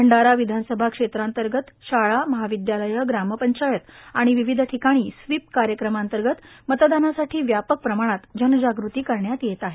भंडारा विधानसभा क्षेत्रांतर्गत शाळा महाविदयालय ग्रामपंचायत आणि विविध ठिकाणी स्वीप कार्यक्रमांतर्गत मतदानासाठी व्यापक प्रमाणात जनजागृती करण्यात येत आहे